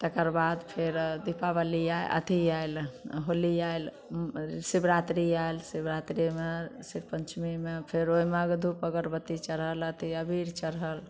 तकरबाद फेर दीपावली आएल अथी आएल होली आएल शिवरात्रि आएल शिवरात्रिमे शिव पञ्चमीमे फेर ओहिमे धुप अगरबत्ती चढ़ल अथी अबीर चढ़ल